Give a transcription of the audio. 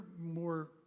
more